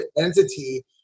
entity